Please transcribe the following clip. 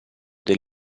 del